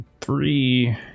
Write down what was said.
three